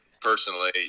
personally